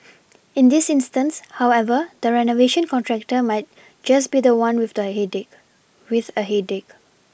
in this instance however the renovation contractor might just be the one with a headache